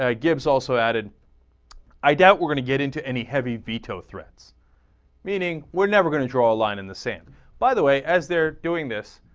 ah gives also added i don't want to get into any heavy veto threats meeting would never draw a line in the same by the way as they're doing this